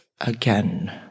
again